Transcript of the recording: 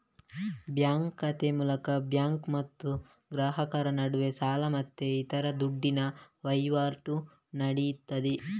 bank ಖಾತೆ ಮೂಲಕ bank ಮತ್ತು ಗ್ರಾಹಕರ ನಡುವೆ ಸಾಲ ಮತ್ತೆ ಇತರ ದುಡ್ಡಿನ ವೈವಾಟು ನಡೀತದೆ